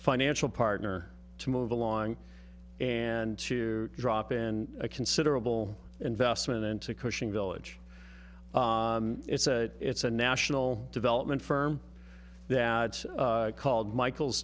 financial partner to move along and to drop in a considerable investment into cushing village it's a it's a national development firm that it's called michael's